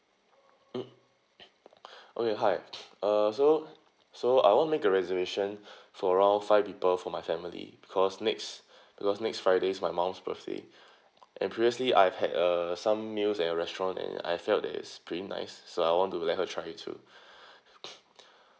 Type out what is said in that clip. mm okay hi uh so so I want make a reservation for around five people for my family because next because next friday is my mom's birthday and previously I've had uh some meals at your restaurant and I feel that it's pretty nice so I want to let her try it too